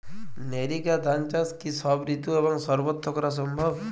NERICA ধান চাষ কি সব ঋতু এবং সবত্র করা সম্ভব?